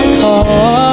call